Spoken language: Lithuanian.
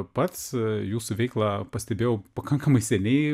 pats jūsų veiklą pastebėjau pakankamai seniai